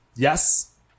Yes